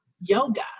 yoga